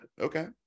Okay